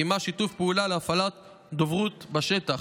וקיימה שיתוף פעולה להפעלת דוברות בשטח,